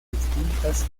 distintas